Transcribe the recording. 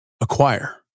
acquire